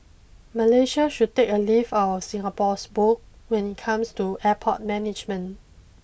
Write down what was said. Malaysia should take a leaf out of Singapore's book when it comes to airport management